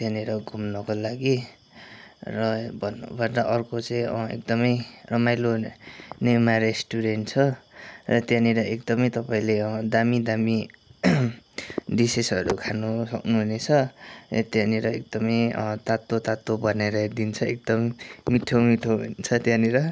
त्यहाँनिर घुम्नको लागि र भन्नुपर्दा अर्को चाहिँ एकदमै रमाइलो निमा रेस्टुरेन्ट छ र त्यहाँनिर एकदमै तपाईँले दामी दामी डिसेसहरू खानु सक्नुहुनेछ त्यहाँनिर एकदमै तातो तातो बनाएर दिन्छ एकदम मिठो मिठो हुन्छ त्यहाँनिर